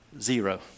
zero